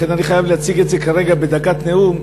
לכן אני חייב להציג את זה כרגע בדקת נאום,